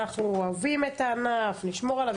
אנחנו אוהבים את הענף, נשמור עליו.